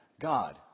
God